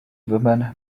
women